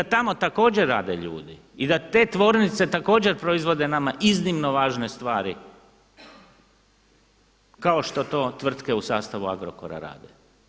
I da tamo također rade ljudi i da te tvornice također proizvode nama iznimno važne stvari kao što to tvrtke u sastavu Agrokora rade.